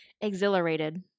Exhilarated